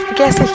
guess